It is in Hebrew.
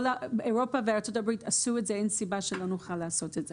כל אירופה וארצות הברית עשו את זה ואין סיבה שלא נוכל לעשות את זה.